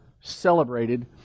celebrated